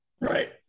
Right